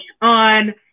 on